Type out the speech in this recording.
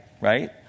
right